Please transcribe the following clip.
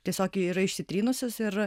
tiesiog yra išsitrynusios ir